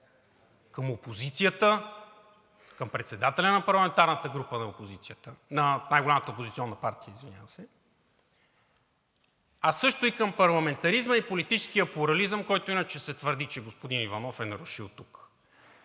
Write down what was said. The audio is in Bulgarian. към опозицията, към председателя на парламентарната група на най-голямата опозиционна партия, а също и към парламентаризма и политическия плурализъм, който иначе се твърди, че господин Иванов е нарушил тук.